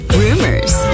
rumors